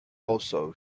also